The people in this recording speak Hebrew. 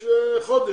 חודש.